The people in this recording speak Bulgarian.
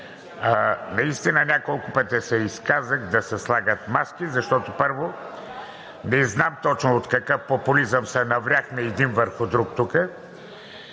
Наистина няколко пъти се изказах да се слагат маски, защото първо не знам точно от какъв популизъм се навряхме един върху друг тук.